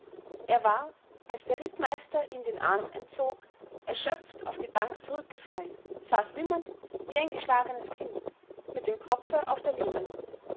er war als der rittmeister ihm den arm entzog erschöpft auf die bank zurückgefallen saß wimmernd wie ein geschlagenes kind mit dem kopfe auf der lehne